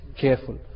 careful